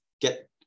get